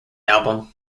album